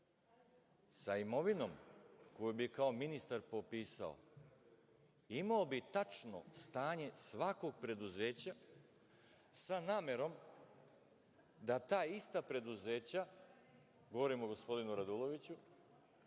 Sa imovinom koju bi kao ministar popisao, imao bi tačno stanje svakog preduzeća, sa namerom da ta ista preduzeća, govorim o gospodinu Raduloviću,